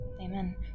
Amen